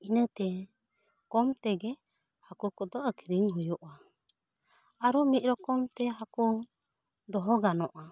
ᱤᱱᱟᱹᱛᱮ ᱠᱚᱢ ᱛᱮᱜᱮ ᱦᱟᱹᱠᱩ ᱠᱚᱫᱚ ᱟᱠᱷᱨᱤᱧ ᱦᱳᱭᱳᱜᱼᱟ ᱟᱨᱚ ᱢᱤᱫ ᱨᱚᱠᱚᱢᱛᱮ ᱦᱟᱹᱠᱩ ᱫᱚᱦᱚ ᱜᱟᱱᱚᱜᱼᱟ